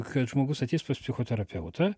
kad žmogus ateis pas psichoterapeutą